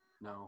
No